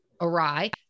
awry